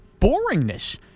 boringness